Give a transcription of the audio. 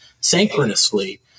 synchronously